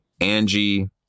Angie